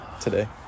Today